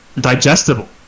digestible